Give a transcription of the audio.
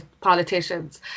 politicians